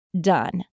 done